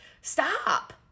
stop